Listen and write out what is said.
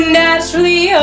naturally